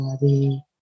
body